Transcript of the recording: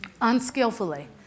unskillfully